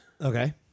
Okay